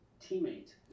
teammate